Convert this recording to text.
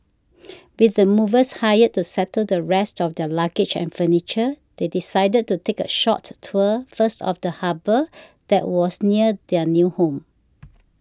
with the movers hired to settle the rest of their luggage and furniture they decided to take a short tour first of the harbour that was near their new home